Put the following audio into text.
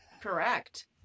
Correct